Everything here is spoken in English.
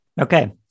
okay